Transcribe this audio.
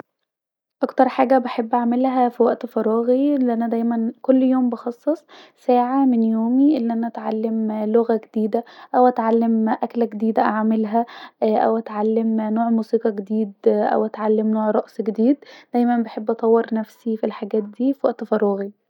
اكتر حاجه بحب اعملها في وقت فراغي الي انا دايما كل يوم بخصص ساعه من يومي أن انا اتعلم لغه جديده او اتعلم مهنه جديدة اعملها واتعلم نوع موسيقي جديد او اتعلم نوع رقص جديد ف دايما بحب أطور نفسي في الحاجات ديه في وقت فراغي